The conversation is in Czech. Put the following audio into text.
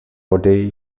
vody